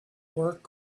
work